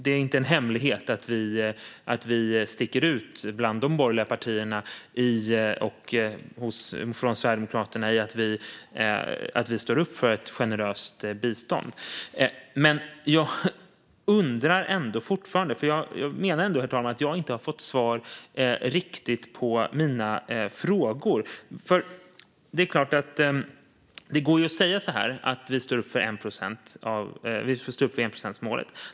Det är inte en hemlighet att vi sticker ut bland de borgerliga partierna och skiljer oss från Sverigedemokraterna i det att vi står upp för ett generöst bistånd. Jag menar ändå att jag inte riktigt fått svar på mina frågor, herr talman. Det är klart att det går att säga att man står upp för enprocentsmålet.